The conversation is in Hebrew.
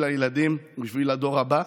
בשביל הילדים, בשביל הדור הבא.